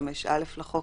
בסעיף 5(א) לחוק,